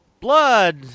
Blood